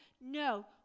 no